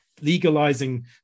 legalizing